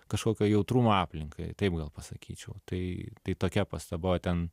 kažkokio jautrumo aplinkai taip gal pasakyčiau tai tai tokia pastaba o ten